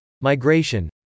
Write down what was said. migration